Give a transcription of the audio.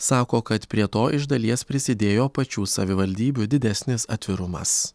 sako kad prie to iš dalies prisidėjo pačių savivaldybių didesnis atvirumas